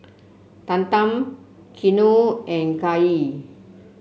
Tatum Keanu and Kaye